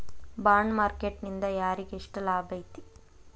Bond market ನಿಂದಾ ಯಾರಿಗ್ಯೆಷ್ಟ್ ಲಾಭೈತಿ?